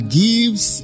gives